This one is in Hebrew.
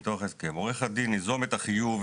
מתוך הסכם: "עורך הדין ייזום את החיוב,